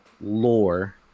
lore